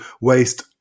waste